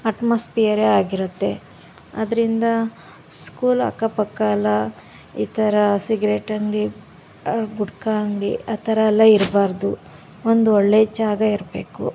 ಅಟ್ಮಾಸ್ಫಿಯರೇ ಆಗಿರುತ್ತೆ ಅದರಿಂದ ಸ್ಕೂಲ್ ಅಕ್ಕಪಕ್ಕ ಎಲ್ಲ ಈ ಥರ ಸಿಗರೇಟ್ ಅಂಗಡಿ ಗುಟ್ಕಾ ಅಂಗಡಿ ಅ ಥರ ಎಲ್ಲ ಇರಬಾರ್ದು ಒಂದೊಳ್ಳೆಯ ಜಾಗ ಇರಬೇಕು